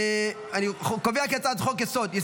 אם כן, אני קובע כי הצעת חוק-יסוד: ישראל,